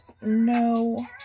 no